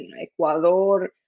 Ecuador